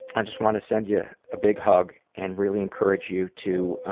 i just wanna send you a big hug and really encourage you to